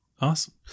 awesome